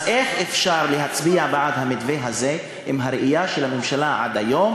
אז איך אפשר להצביע בעד המתווה הזה עם הראייה של הממשלה עד היום,